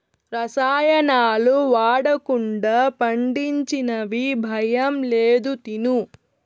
రసాయనాలు వాడకుండా పండించినవి భయం లేదు తిను